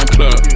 Club